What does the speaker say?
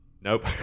Nope